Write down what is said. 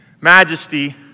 Majesty